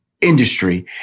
industry